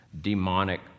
demonic